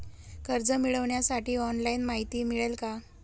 कर्ज मिळविण्यासाठी ऑनलाइन माहिती मिळेल का?